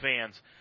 fans